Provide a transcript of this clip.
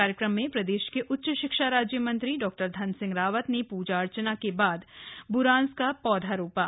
कार्यक्रम में प्रदेश के उच्च शिक्षा राज्य मंत्री डा धन सिंह रावत ने पूजा अर्चना के बाद ब्रांस का पौधा रोपा